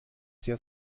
sehr